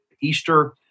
Easter